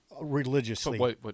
religiously